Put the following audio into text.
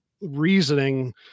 reasoning